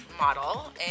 model